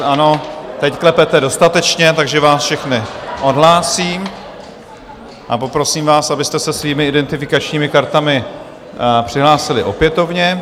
Ano, teď klepete dostatečně, takže vás všechny odhlásím a poprosím vás, abyste se svými identifikačními kartami přihlásili opětovně.